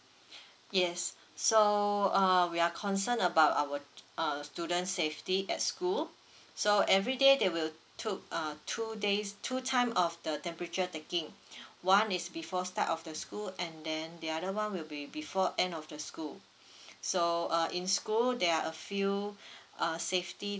yes so uh we are concerned about our uh students safety at school so everyday they will took uh two days two time of the temperature taking one is before start of the school and then the other one will be before end of the school so uh in school there are a few uh safety